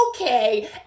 okay